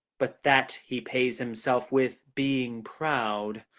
but that he pays himself with being proud.